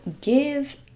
give